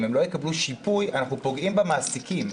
אם הם לא יקבלו שיפוי, אנחנו פוגעים במעסיקים.